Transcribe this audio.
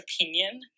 opinion